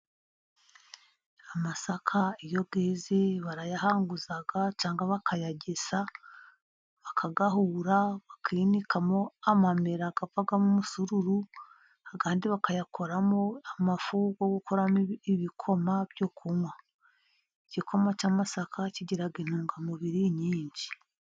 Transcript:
Amasaka iyo yeze barayahanguza cyangwa bakayagesa, bakayahura, bakinikamo amamera avamo umusururu, bakayakoramo amafu yo gukoramo ibikoma byo kunywa. Igikoma cy'amasaka kigira intungamubiri nyinshi.